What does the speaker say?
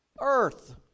Earth